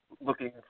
looking